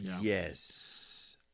Yes